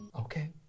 Okay